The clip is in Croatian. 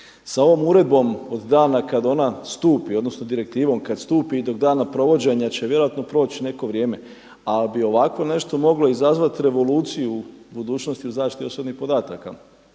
Sa ovom uredbom od dana kada ona stupi odnosno direktivom kada stupi do dana provođenja će vjerojatno proć neko vrijeme, ali bi ovako nešto moglo izazvati revoluciju u budućnosti o zaštiti osobnih podataka.